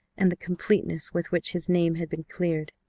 and the completeness with which his name had been cleared.